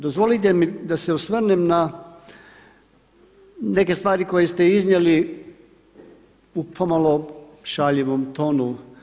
Dozvolite mi da se osvrnem na neke stvari koje ste iznijeli u pomalo šaljivom tonu.